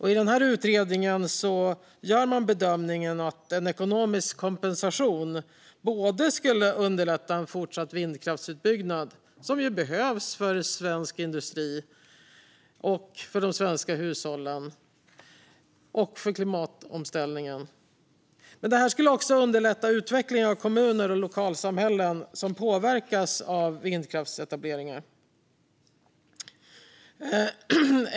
I den här utredningen gör man bedömningen att en ekonomisk kompensation skulle underlätta både en fortsatt vindkraftsutbyggnad - och den behövs ju för svensk industri, för de svenska hushållen och för klimatomställningen - och utvecklingen av kommuner och lokalsamhällen som påverkas av vindkraftsetableringar.